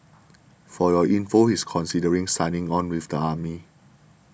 For Your Inform he's considering signing on with the army